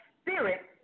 spirit